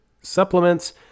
supplements